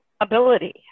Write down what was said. ability